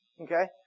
okay